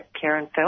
Karen